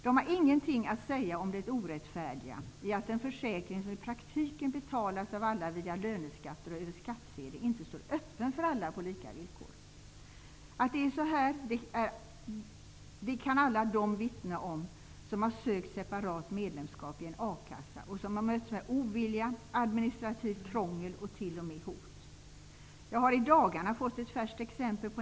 De har ingenting att säga om det orättfärdiga i att en försäkring som i praktiken betalas av alla via löneskatter och över skattsedeln inte står öppen för alla på lika villkor. Att det är så här kan alla de vittna om som har sökt separat medlemskap i en akassa och som har mötts med ovilja, administrativt krångel och t.o.m. hot. Jag har i dagarna fått ett färskt exempel.